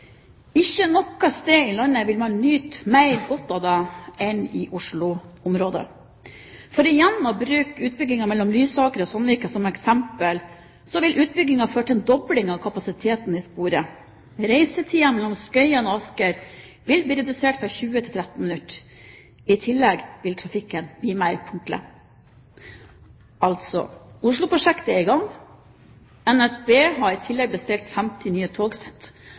Ikke noe sted i landet vil man nyte mer godt av det enn i Oslo-området. For igjen å bruke utbyggingen mellom Lysaker og Sandvika som eksempel, vil utbyggingen føre til en dobling av kapasiteten i sporet. Reisetiden mellom Skøyen og Asker vil bli redusert fra 20 til 13 minutter. I tillegg vil trafikken bli mer punktlig. Altså: Oslo-prosjektet er i gang. NSB har i tillegg bestilt 50 nye togsett.